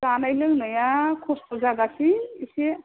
जानाय लोंनाया कस्त' जागासिनो एसे